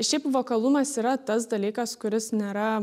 šiaip vokalumas yra tas dalykas kuris nėra